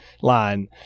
line